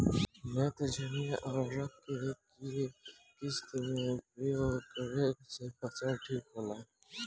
नेत्रजनीय उर्वरक के केय किस्त मे उपयोग करे से फसल ठीक होला?